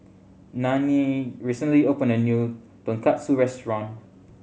Nannie recently opened a new Tonkatsu Restaurant